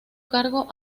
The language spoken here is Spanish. cargo